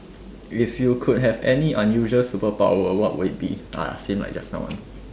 if you could have any unusual superpower what would it be ah same like just now ah